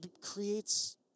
creates